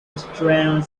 restrained